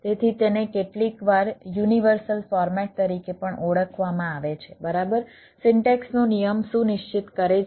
તેથી તેને કેટલીકવાર યુનિવર્સલ ફોર્મેટ કરે છે